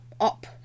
up